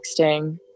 texting